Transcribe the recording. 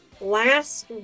last